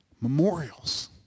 Memorials